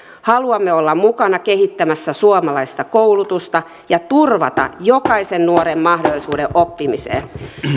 haluamme olla mukana kehittämässä suomalaista koulutusta ja turvata jokaisen nuoren mahdollisuuden oppimiseen